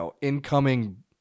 incoming